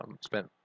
spent